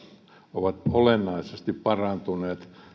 ovat olennaisesti parantuneet